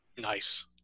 Nice